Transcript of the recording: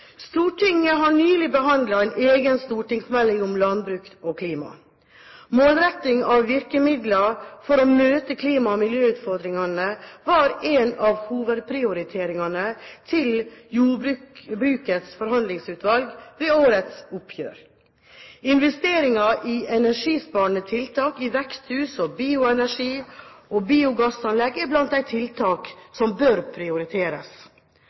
Stortinget har nylig behandlet en egen stortingsmelding om landbruk og klima. Målretting av virkemidler for å møte klima- og miljøutfordringene var en av hovedprioriteringene for jordbrukets forhandlingsutvalg ved årets oppgjør. Investeringer i energisparende tiltak i veksthus og bioenergi- og biogassanlegg er blant de tiltak som bør prioriteres.